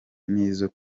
n’izo